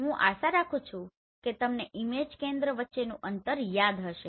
હું આશા રાખું છું કે તમને ઇમેજ કેન્દ્ર વચ્ચેનું અંતર યાદ હશે